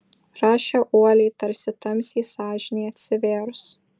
rašė uoliai tarsi tamsiai sąžinei atsivėrus